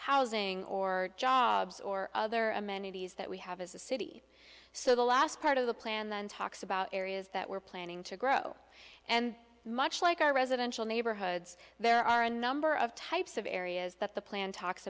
housing or jobs or other amenities that we have as a city so the last part of the plan then talks about areas that we're planning to grow and much like our residential neighborhoods there are a number of types of areas that the